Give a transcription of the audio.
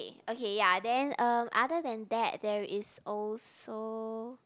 K okay ya then uh other than that there is also